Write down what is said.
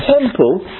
temple